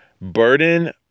burden